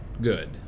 good